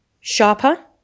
sharper